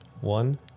One